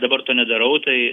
dabar to nedarau tai